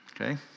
Okay